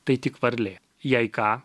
tai tik varlė jei ką